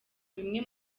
bimwe